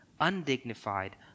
undignified